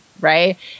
right